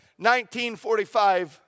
1945